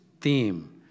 theme